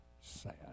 Sad